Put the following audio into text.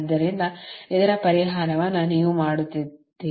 ಆದ್ದರಿಂದ ಇದರ ಪರಿಹಾರವನ್ನು ನೀವು ಮಾಡುತ್ತೀರಿ